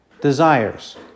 desires